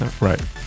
Right